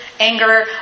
anger